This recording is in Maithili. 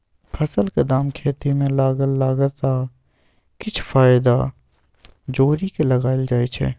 फसलक दाम खेती मे लागल लागत आ किछ फाएदा जोरि केँ लगाएल जाइ छै